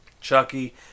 Chucky